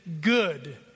good